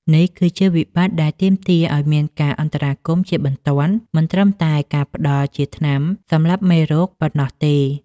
នេះគឺជាវិបត្តិដែលទាមទារឱ្យមានការអន្តរាគមន៍ជាបន្ទាន់ មិនត្រឹមតែការផ្ដល់ជាថ្នាំសម្លាប់មេរោគក្នុងទឹកប៉ុណ្ណោះទេ។